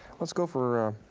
let's go for,